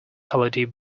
holiday